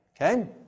Okay